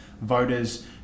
voters